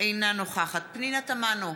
אינה נוכחת פנינה תמנו,